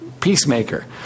peacemaker